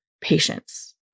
patience